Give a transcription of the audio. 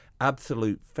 absolute